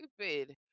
stupid